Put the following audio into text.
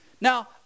Now